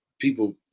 people